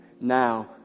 now